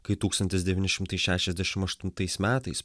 kai tūkstantis devyni šimtai šešiasdešim aštuntais metais